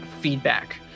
feedback